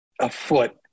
afoot